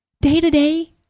day-to-day